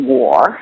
war